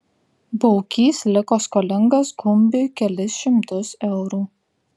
baukys liko skolingas gumbiui kelis šimtus eurų